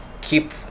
keep